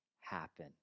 happen